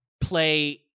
play